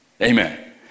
Amen